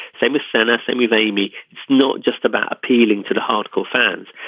same as soon as i move amy. it's not just about appealing to the hard core fans.